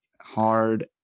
Hard